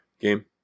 game